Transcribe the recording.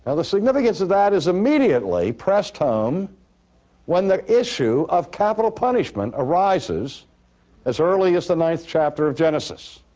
ah the significance of that is immediately pressed home when the issue of capital punishment arises as early as the ninth chapter of genesis